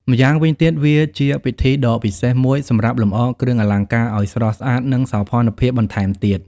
ម្យ៉ាងវិញទៀតវាជាវិធីដ៏ពិសេសមួយសម្រាប់លម្អគ្រឿងអលង្ការឲ្យស្រស់ស្អាតនិងសោភ័ណភាពបន្ថែមទៀត។